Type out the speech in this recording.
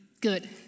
good